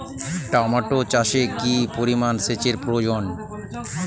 Tomato চাষে কি পরিমান সেচের প্রয়োজন?